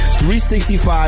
365